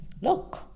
Look